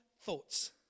thoughts